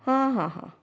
हां हां हां